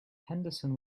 henderson